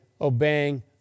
obeying